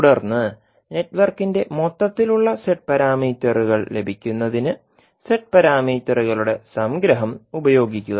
തുടർന്ന് നെറ്റ്വർക്കിന്റെ മൊത്തത്തിലുള്ള z പാരാമീറ്ററുകൾ ലഭിക്കുന്നതിന് z പാരാമീറ്ററുകളുടെ സംഗ്രഹം ഉപയോഗിക്കുക